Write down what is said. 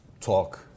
talk